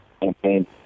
campaign